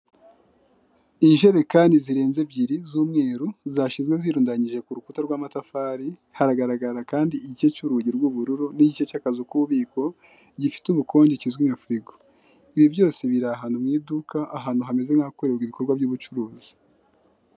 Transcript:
Ijerekani zirenze ebyiri z'umweru zashizwe zirundanyijwe ku rukuta rw'amatafari haragaragara kandi igice cy'urugi rw'ubururu n'igice cy'ububiko gifite ubukonje kizwi nka firigo. Ibi byose biri ahantu mu iduka ahantu hameze nk'ahakorerwa ibikorwa by'ubucuruzi.